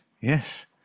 Yes